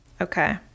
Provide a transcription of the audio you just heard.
Okay